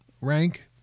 rank